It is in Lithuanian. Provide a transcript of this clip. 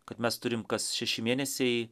kad mes turim kas šeši mėnesiai